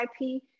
IP